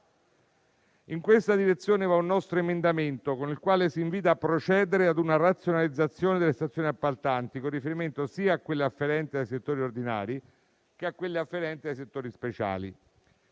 In questa direzione va un nostro emendamento, con il quale si invita a procedere ad una razionalizzazione delle stazioni appaltanti, con riferimento sia a quelle afferenti ai settori ordinari che a quelle afferenti ai settori speciali.